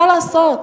מה לעשות?